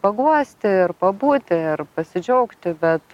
paguosti ar pabūti ir pasidžiaugti bet